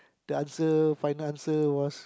the answer final answer was